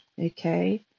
Okay